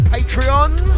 Patreons